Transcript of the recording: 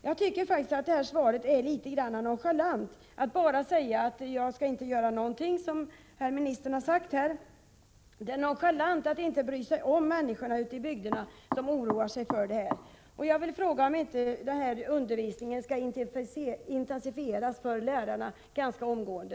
Jag tycker att svaret är litet nonchalant, när herr statsrådet bara säger att han inte skall göra någonting. Det är nonchalant att inte bry sig om människorna ute i bygderna som oroar sig för detta. Jag vill fråga om inte utbildningen för lärarna kan intensifieras ganska omgående.